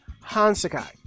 Hansakai